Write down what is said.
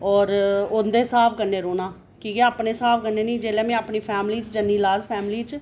होर उं'दे स्हाब कन्नै रौह्ना कि केह् अपने स्हाब कन्नै नेईं जिसलै में अपनी फैमली च ज'न्नी लार्ज फैमली च